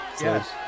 yes